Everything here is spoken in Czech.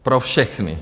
Pro všechny.